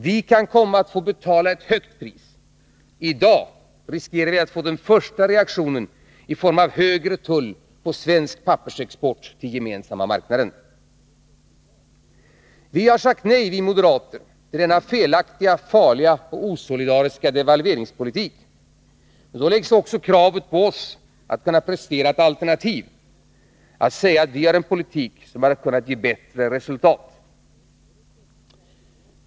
Vi kan komma att få betala ett högt pris. I dag riskerar vi att få den första reaktionen i form av högre tull på svensk pappersexport till EG. Vi moderater har sagt nej till denna felaktiga, farliga och osolidariska devalveringspolitik. Men då ställs också kravet på oss att kunna presentera ett alternativ — att kunna säga att vi har en politik som hade kunnat ge bättre resultat.